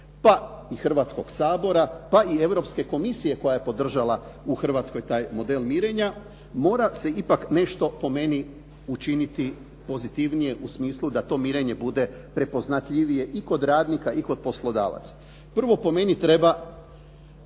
pa i Hrvatskog sabora, pa i Europske komisije koja je podržala u Hrvatskoj taj model mirenja mora se ipak nešto po meni učiniti pozitivnije u smislu da to mirenje bude prepoznatljivije i kod radnika i kod poslodavaca. Prvo, po meni treba